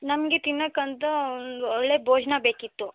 ನಮಗೆ ತಿನ್ನೋಕ್ಕಂತ ಒಂದು ಒಳ್ಳೆಯ ಭೋಜನ ಬೇಕಿತ್ತು